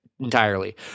entirely